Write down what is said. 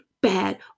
bad